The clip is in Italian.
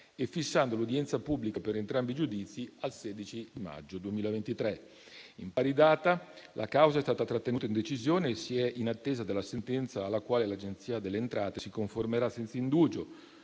e fissando l'udienza pubblica per entrambi i giudizi al 16 maggio 2023. In pari data la causa è stata trattenuta in decisione e si è in attesa della sentenza alla quale l'Agenzia delle entrate si conformerà senza indugio,